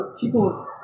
people